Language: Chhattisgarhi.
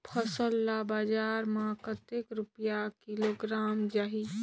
फसल ला बजार मां कतेक रुपिया किलोग्राम जाही?